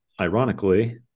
ironically